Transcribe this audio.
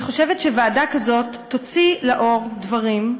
אני חושבת שוועדה כזאת תוציא לאור דברים.